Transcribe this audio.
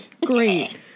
Great